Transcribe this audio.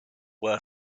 were